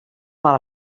mal